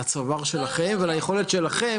לצוואר שלכם וליכולת שלכם.